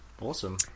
awesome